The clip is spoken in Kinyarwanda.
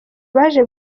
baje